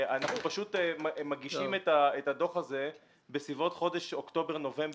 אנחנו פשוט מגישים את הדוח הזה בסביבות חודשים אוקטובר-נובמבר.